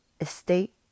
estate